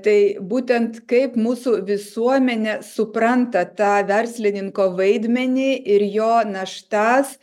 tai būtent kaip mūsų visuomenė supranta tą verslininko vaidmenį ir jo naštas